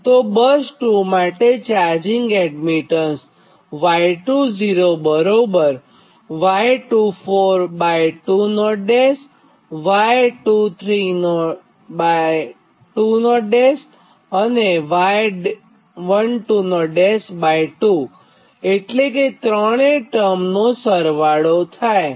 તો બસ 2 માટે charging admittance y20y242 y232 y122 એટલે કે અહીં ત્રણ ટર્મનો સરવાળો થાય છે